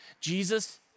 Jesus